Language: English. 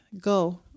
Go